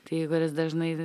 tai igoris dažnai